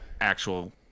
actual